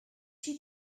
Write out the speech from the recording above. she